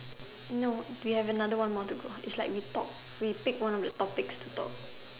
no we have another one more to go is like we talk we pick one of the topics to talk